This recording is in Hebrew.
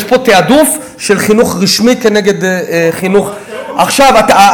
יש פה תעדוף של חינוך רשמי כנגד חינוך, במירכאות,